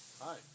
Hi